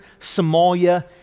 Somalia